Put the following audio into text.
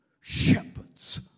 shepherds